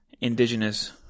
indigenous